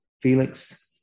Felix